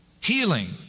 healing